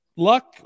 Luck